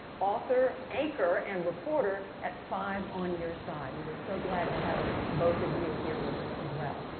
author, anchor and reporter at five on your side. we are so glad to have both of you here with us as well.